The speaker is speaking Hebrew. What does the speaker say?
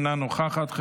אינה נוכחת,